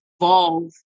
evolve